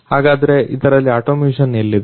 ಹಾಗಾದ್ರೆ ಇದರಲ್ಲಿ ಅಟೊಮೇಶನ್ ಎಲ್ಲಿದೆ